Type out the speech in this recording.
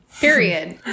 Period